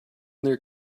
their